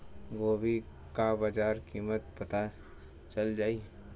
गोभी का बाजार कीमत पता चल जाई?